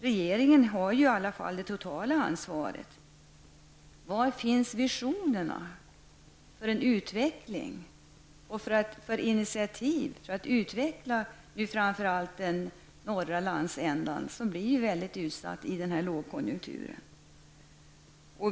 Regeringen har i alla fall det totala ansvaret. Var finns visionerna för en utveckling och initiativ för att utveckla framför allt den norra landsändan, som blir väldigt utsatt inför denna lågkonjunktur?